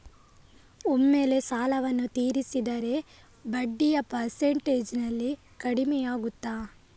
ಒಮ್ಮೆಲೇ ಸಾಲವನ್ನು ತೀರಿಸಿದರೆ ಬಡ್ಡಿಯ ಪರ್ಸೆಂಟೇಜ್ನಲ್ಲಿ ಕಡಿಮೆಯಾಗುತ್ತಾ?